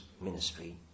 ministry